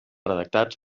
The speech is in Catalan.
redactats